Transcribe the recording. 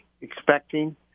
expecting